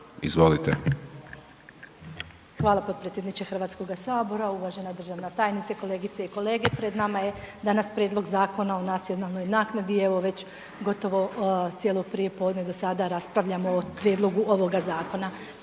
(HDZ)** Hvala potpredsjedniče HS-a, uvažena državna tajnice, kolegice i kolege. Pred nama je danas Prijedlog Zakona o nacionalnoj naknadi. Evo već gotovo cijelo prijepodne do sada raspravljamo o prijedlogu ovoga zakona.